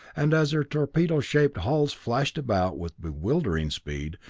and as their torpedo-shaped hulls flashed about with bewildering speed,